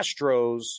Astros